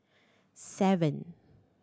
seven